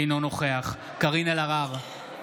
אינו נוכח קארין אלהרר,